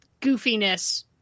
goofiness